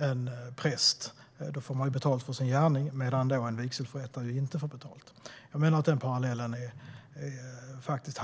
en präst får denna betalt för sin gärning, medan en vigselförrättare inte får betalt. Enligt min mening haltar denna parallell betänkligt.